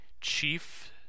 chief